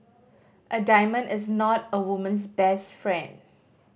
a diamond is not a woman's best friend